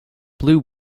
blue